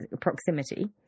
proximity